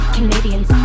Canadians